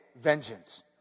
vengeance